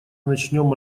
начнем